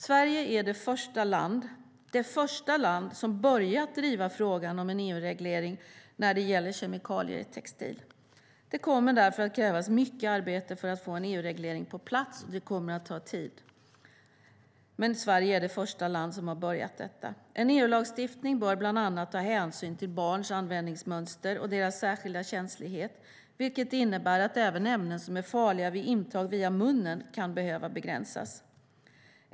Sverige är det första land som börjat driva frågan om en EU-reglering när det gäller kemikalier i textil. Det kommer därför att krävas mycket arbete för att få en EU-reglering på plats, och det kommer att ta tid. En EU-lagstiftning bör bland annat ta hänsyn till barns användningsmönster och deras särskilda känslighet, vilket innebär att även ämnen som är farliga vid intag via munnen kan behöva begränsas.